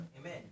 Amen